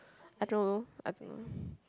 I don't know I don't know